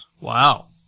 Wow